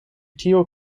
tiu